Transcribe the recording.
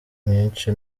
nyinshi